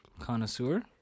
Connoisseur